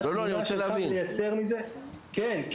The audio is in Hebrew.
כן,